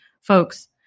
folks